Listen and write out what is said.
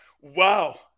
wow